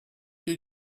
you